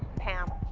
pam